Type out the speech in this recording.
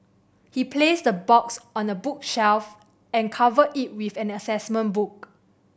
he placed the box on a bookshelf and covered it with an assessment book